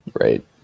Right